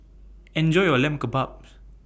Enjoy your Lamb Kebabs